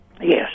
Yes